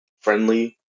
friendly